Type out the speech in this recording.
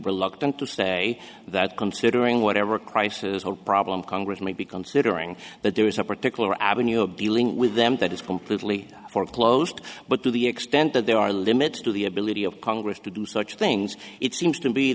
reluctant to say that considering whatever crisis or problem congress may be considering that there is a particular avenue of dealing with them that is completely foreclosed but to the extent that there are limits to the ability of congress to do such things it seems to be